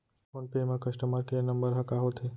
Phone पे म customer care number ह का होथे?